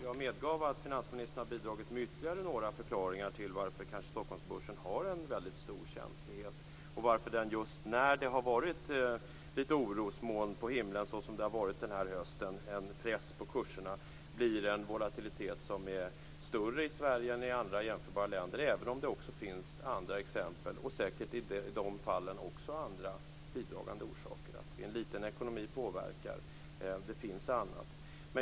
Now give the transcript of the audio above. Jag medgav att finansministern har bidragit med ytterligare några förklaringar till att Stockholmsbörsen kanske har en väldigt stor känslighet och till att det just när det har varit orosmoln på himlen och en press på kurserna, såsom det har varit denna höst, blir en större volatilitet i Sverige än i andra jämförbara länder. Det finns också andra exempel och i de fallen säkert också andra bidragande orsaker. Att vi är en liten ekonomi påverkar. Det finns annat.